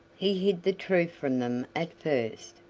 he hid the truth from them at first,